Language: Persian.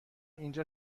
اینجا